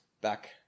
back